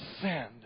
send